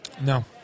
No